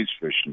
fishing